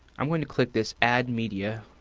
i'm going to click this add media,